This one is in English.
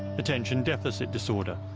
attention deficit disorder,